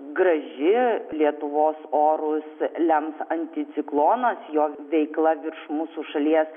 graži lietuvos orus lems anticiklonas jo veikla virš mūsų šalies